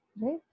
right